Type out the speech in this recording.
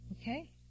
Okay